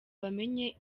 bamenye